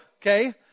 Okay